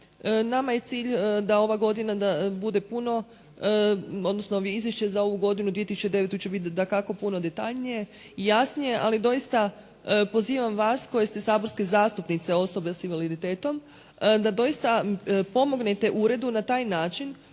Nama je cilj da ova godina bude puno, odnosno izvješće za ovu godinu 2009. će biti dakako puno detaljnije i jasnije, ali doista pozivam vas koji ste saborske zastupnice osobe s invaliditetom da doista pomognete uredu na taj način